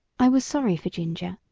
i was sorry for ginger,